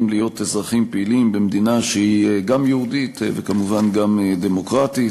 להיות אזרחים פעילים במדינה שהיא גם יהודית וכמובן גם דמוקרטית.